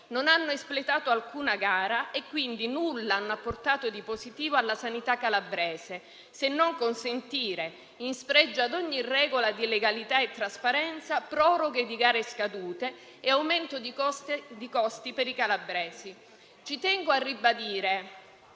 non hanno espletato alcuna gara e quindi nulla hanno apportato di positivo alla sanità calabrese, se non consentire, in spregio a ogni regola di legalità e trasparenza, proroghe di gare scadute e aumento di costi per i calabresi. Tengo a ribadire,